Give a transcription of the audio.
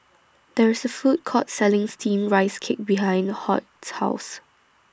There IS A Food Court Selling Steamed Rice Cake behind Hoyt's House